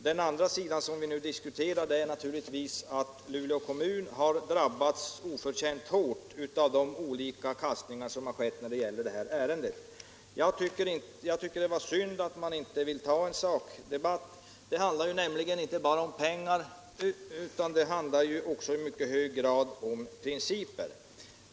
Den andra, som vi nu = nerna, m.m. diskuterar, är naturligtvis att Luleå kommun har drabbats oförtjänt hårt av de olika kastningar som har skett när det gäller det här ärendet. Jag tycker att det är synd att man inte vill ha en sakdebatt. Det handlar nämligen inte bara om pengar, utan det handlar också i mycket hög grad om principer.